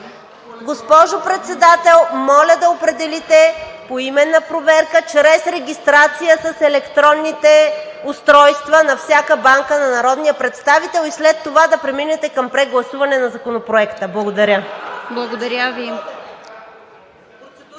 Госпожо Председател, моля да определите поименна проверка чрез регистрация с електронните устройства на всяка банка на народния представител и след това да преминете към прегласуване на Законопроекта. Благодаря. (Реплика от